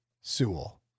Sewell